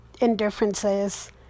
indifferences